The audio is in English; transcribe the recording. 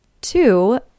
Two